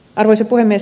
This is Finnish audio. arvoisa puhemies